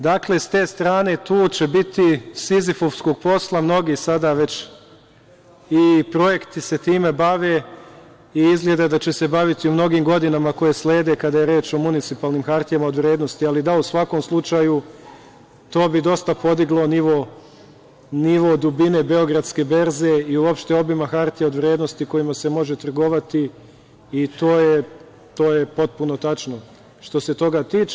Dakle, sa te strane, tu će biti sizifovskog posla, mnogi sada već i projekti se time bave i izgleda da će se baviti u mnogim godinama koje slede kada je reč o municipalnim hartijama od vrednosti, ali u svakom slučaju to bi dosta podiglo nivo dubine Beogradske berze i uopšte obima hartija od vrednosti kojima se može trgovati, i to je potpuno tačno, što se toga tiče.